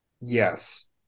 Yes